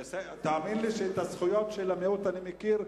תאמין לי שאת הזכויות של המיעוט אני מכיר,